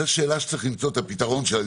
זו שאלה שצריך למצוא את הפתרון שלה.